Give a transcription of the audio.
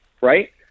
right